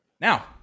Now